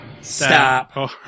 Stop